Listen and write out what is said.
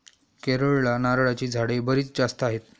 केरळला नारळाची झाडे बरीच जास्त आहेत